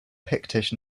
pictish